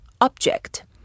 object